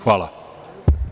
Hvala.